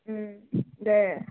दे